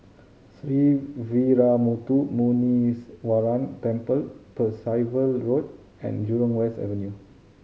Sree Veeramuthu Muneeswaran Temple Percival Road and Jurong West Avenue